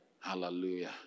Hallelujah